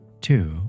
two